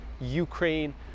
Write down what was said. Ukraine